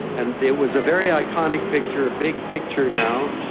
and it was a very iconic picture, a big picture now,